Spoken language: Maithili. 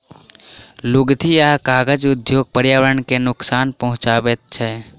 लुगदी आ कागज उद्योग पर्यावरण के नोकसान पहुँचाबैत छै